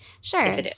Sure